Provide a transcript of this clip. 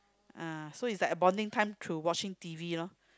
uh so is like a bonding time to watching T_V loh